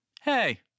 hey